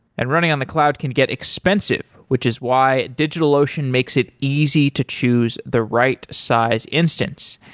and running on the cloud can get expensive, which is why digitalocean makes it easy to choose the right size instance.